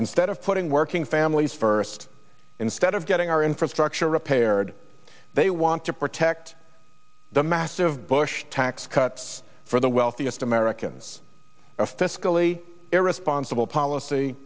instead of putting working families first instead of getting our infrastructure repaired they want to protect the massive bush tax cuts for the wealthiest americans a fiscally irresponsible policy